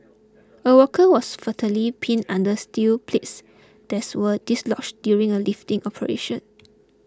a worker was fatally pinned under steel plates that's were dislodged during a lifting operation